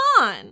on